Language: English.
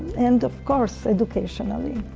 and of course educationally.